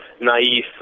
naive